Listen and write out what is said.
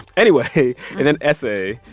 anyway, in an essay,